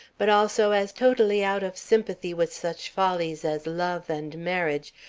but also as totally out of sympathy with such follies as love and marriage,